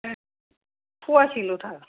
फवासेल'थार